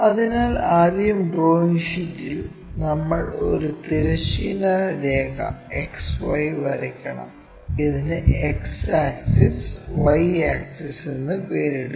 അതിനാൽ ആദ്യം ഡ്രോയിംഗ് ഷീറ്റിൽ നമ്മൾ ഒരു തിരശ്ചീന രേഖ XY വരയ്ക്കണം ഇതിന് x ആക്സിസ് y ആക്സിസ് എന്ന് പേരിടുക